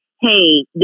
hey